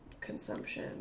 consumption